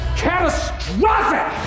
catastrophic